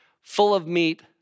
full-of-meat